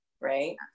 right